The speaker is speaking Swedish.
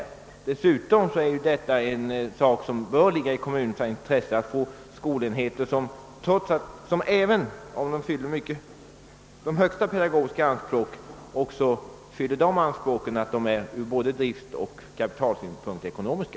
Dessutom bör det ligga i kommunernas intresse att få skolenheter som inte bara fyller de högsta pedagogiska anspråk utan också kravet att de ur såväl driftsom kapitalsynpunkt skall vara ekonomiska.